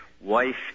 wife